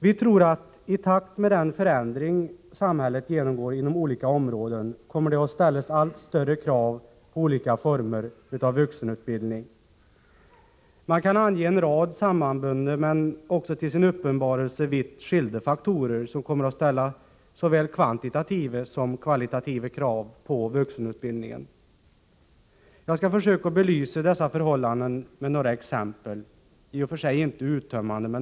Vi tror att det i takt med den förändring som samhället genomgår inom olika områden kommer att ställas allt större krav på olika former av vuxenutbildning. Man kan ange en rad sammanbundna men också till sin uppenbarelse vitt skilda faktorer som kommer att ställa såväl kvantitativa som kvalitativa krav på vuxenutbildningen. Jag skall försöka belysa dessa förhållanden med några exempel, som i och för sig inte är uttömmande.